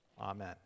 Amen